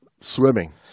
swimming